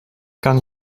kan